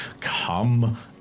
come